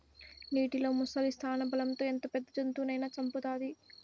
నీటిలో ముసలి స్థానబలం తో ఎంత పెద్ద జంతువునైనా సంపుతాది